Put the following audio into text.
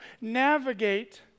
navigate